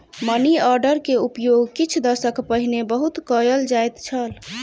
money order के उपयोग किछ दशक पहिने बहुत कयल जाइत छल